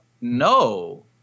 No